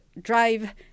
drive